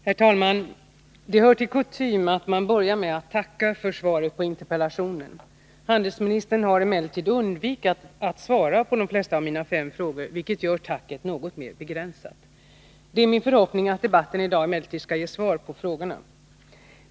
Herr talman! Det hör till kutymen att man börjar med att tacka för svaret på eninterpellation. Handelsministern har emellertid undvikit att svara på de flesta av mina fem frågor, vilket gör tacket något mer begränsat. Det är emellertid min förhoppning att debatten i dag skall ge svar på frågorna.